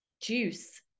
juice